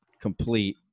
complete